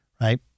right